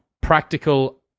practical